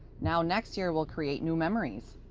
now, next year we'll create new memories.